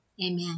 amen